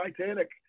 Titanic